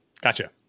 gotcha